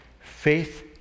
faith